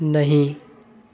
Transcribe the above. नहीं